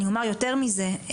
אני אומר יותר מזה,